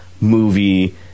movie